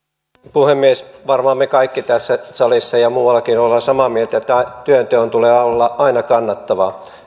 puhemies varmaan me kaikki tässä salissa ja muuallakin olemme samaa mieltä että työnteon tulee olla aina kannattavaa